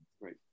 Right